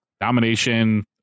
domination